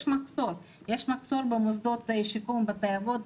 יש מחסור, יש מחסור במוסדות שיקום ובבתי אבות.